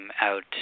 out –